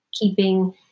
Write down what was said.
keeping